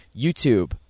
YouTube